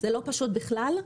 זה לא פשוט בכלל.